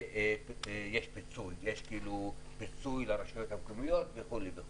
ויש פיצוי לרשויות המקומיות וכו' וכו'.